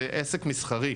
זה עסק מסחרי.